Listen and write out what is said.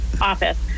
office